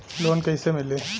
Loan कइसे मिलि?